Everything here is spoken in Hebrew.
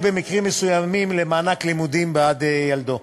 במקרים מסוימים למענק לימודים בעד ילדו.